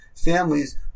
families